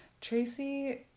Tracy